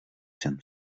jsem